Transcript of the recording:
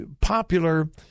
popular